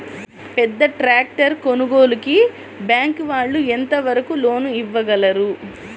పెద్ద ట్రాక్టర్ కొనుగోలుకి బ్యాంకు వాళ్ళు ఎంత వరకు లోన్ ఇవ్వగలరు?